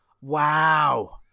Wow